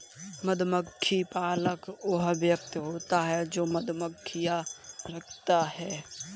मधुमक्खी पालक वह व्यक्ति होता है जो मधुमक्खियां रखता है